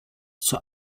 zur